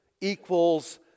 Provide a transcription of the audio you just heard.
equals